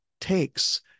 takes